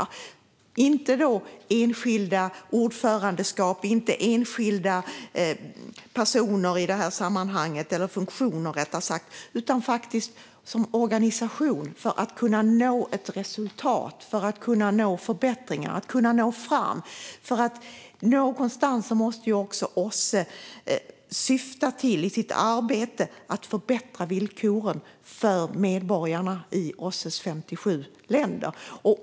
Det handlar inte om enskilda ordförandeskap, personer eller funktioner, utan det är fråga om organisationens förmåga att nå fram till resultat och förbättringar. Någonstans måste också OSSE i sitt arbete syfta till att förbättra villkoren för medborgarna i OSSE:s 57 medlemsländer.